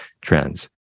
trends